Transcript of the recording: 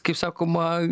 kaip sakoma